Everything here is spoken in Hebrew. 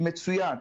זה מצוין.